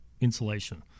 insulation